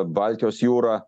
baltijos jūra